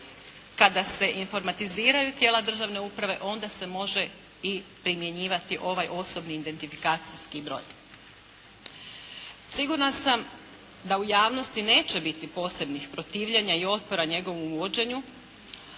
kada se informatiziraja tijela državne uprave, onda se može i primjenjivati ovaj osobni identifikacijski broj. Sigurna sam da u javnosti neće biti posebnih protivljenja i otpora njegovom uvođenju,